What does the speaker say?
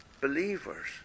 believers